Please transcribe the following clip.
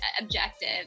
objective